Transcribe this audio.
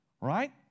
right